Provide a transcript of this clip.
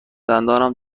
دندانم